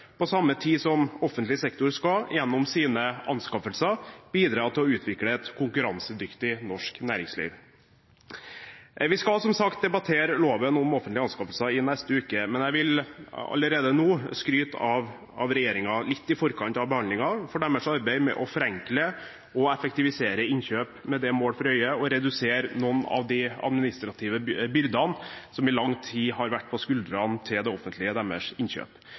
på samme tid som offentlig sektor gjennom sine anskaffelser skal bidra til å utvikle et konkurransedyktig norsk næringsliv. Vi skal som sagt debattere loven om offentlige anskaffelser i neste uke, men jeg vil allerede nå, i forkant av behandlingen, skryte av regjeringen for arbeidet med å forenkle og effektivisere innkjøp, med det mål for øye å redusere noen av de administrative byrdene som i lang tid har vært på offentlig sektors skuldre når det gjelder deres innkjøp,